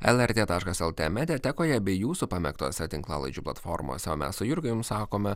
lrt taškas lt mediatekoje bei jūsų pamėgtose tinklalaidžių platformose o mes su jurga jums sakome